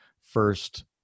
first